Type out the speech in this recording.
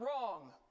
wrong